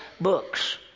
books